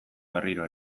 berriro